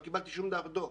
לא קיבלתי כל דוח.